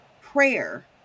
prayer